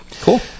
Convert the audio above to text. Cool